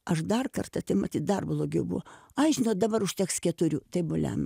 aš dar kartą ten matyt dar blogiau buvo ai žinot dabar užteks keturių tai bulem